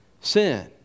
sin